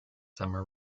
summer